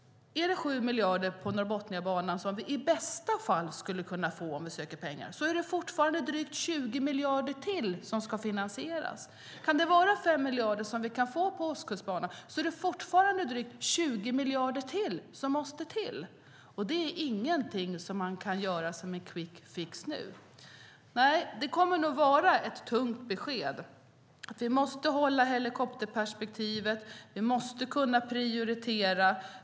I bästa fall skulle vi kunna få 7 miljarder till Norrbotniabanan om vi söker pengar från EU. Då är det fortfarande drygt 20 miljarder ytterligare som ska finansieras. Skulle vi kunna få 5 miljarder till Ostkustbanan är det fortfarande drygt 20 miljarder ytterligare som måste till. Det är ingenting som kan göras som en quick fix nu. Nej, det kommer nog att vara ett tungt besked. Vi måste behålla helikopterperspektivet. Vi måste kunna prioritera.